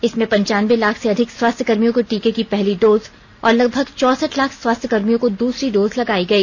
इसमें पन्चानबे लाख से अधिक स्वास्थ्यकर्मियों को टीके की पहली डोज और लगभग चौसठ लाख स्वास्थ्यकर्मियों को दूसरी डोज लगाई गई